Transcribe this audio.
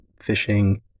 fishing